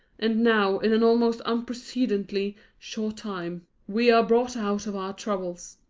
and now, in an almost unprecedentedly short time, we are brought out of our troubles.